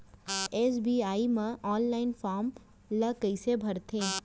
SBI म online form ल कइसे भरथे?